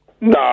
No